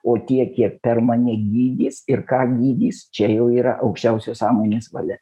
o tiek kiek per mane gydys ir ką gydys čia jau yra aukščiausia sąmonės valia